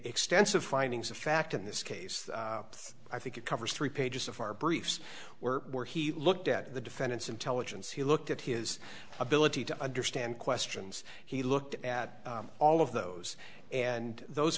extensive findings of fact in this case i think it covers three pages of our briefs were more he looked at the defense intelligence he looked at his ability to understand questions he looked at all of those and those